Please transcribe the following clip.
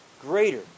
greater